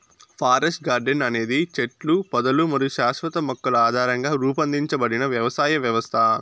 forest garden అనేది చెట్లు, పొదలు మరియు శాశ్వత మొక్కల ఆధారంగా రూపొందించబడిన వ్యవసాయ వ్యవస్థ